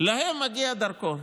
להם מגיע דרכון,